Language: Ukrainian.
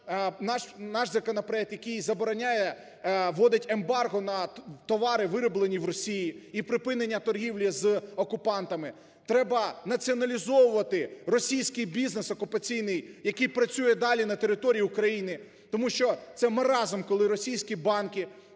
наш законопроект, який забороняє вводити ембарго на товари, вироблені в Росії, і припинення торгівлі з окупантами. Треба націоналізовувати російський бізнес окупаційний, який працює далі на території України, тому що це маразм, коли російські банки,